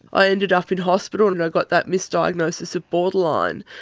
i ended up in hospital and i got that misdiagnosis of borderline,